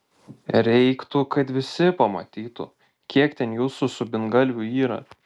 reiktų kad visi pamatytų kiek ten jūsų subingalvių yra